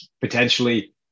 potentially